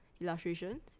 illustrations